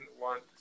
want